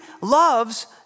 loves